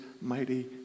mighty